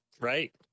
right